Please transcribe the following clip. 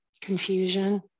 confusion